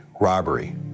robbery